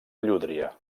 llúdria